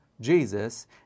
Jesus